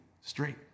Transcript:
straight